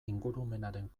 ingurumenaren